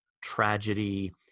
tragedy